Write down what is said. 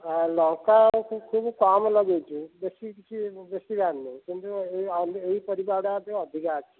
ଲଙ୍କା ଖୁବ୍ କମ୍ ଲଗେଇଛୁ ବେଶୀ କିଛି ବେଶୀ ବାହରି ନାହିଁ କିନ୍ତୁ ଏଇ ଏଇ ପରିବା ଗୁଡ଼ା ଟିକେ ଅଧିକା ଅଛି